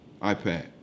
iPad